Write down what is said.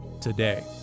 today